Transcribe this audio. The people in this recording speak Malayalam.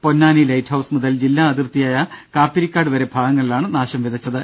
പൊന്നാനി ലൈറ്റ്ഹൌസ് മുതൽ ജില്ലാ അതിർത്തിയായ കാപ്പിരിക്കാട് വരെ ഭാഗങ്ങളിലാണ് നാശംവിതച്ചത്